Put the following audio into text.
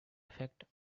effect